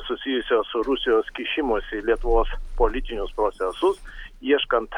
susijusios su rusijos kišimusi į lietuvos politinius procesus ieškant